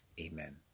Amen